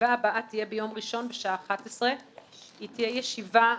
שהישיבה הבאה תהיה ביום ראשון בשעה 11:00. אנחנו